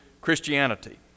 Christianity